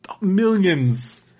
millions